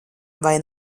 vai